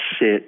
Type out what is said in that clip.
sit